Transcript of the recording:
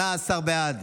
18 בעד,